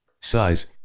Size